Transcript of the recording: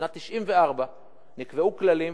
בשנת 1994 נקבעו כללים,